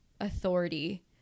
authority